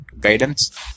guidance